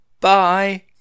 Bye